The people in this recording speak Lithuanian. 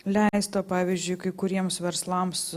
leista pavyzdžiui kai kuriems verslams